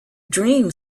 dream